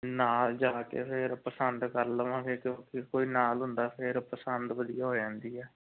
ਨਾਲ ਜਾ ਕੇ ਫਿਰ ਪਸੰਦ ਕਰ ਲਵਾਂਗੇ ਕਿਉਂਕਿ ਕੋਈ ਨਾਲ ਹੁੰਦਾ ਫਿਰ ਪਸੰਦ ਵਧੀਆ ਹੋ ਜਾਂਦੀ ਹੈ